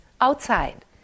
outside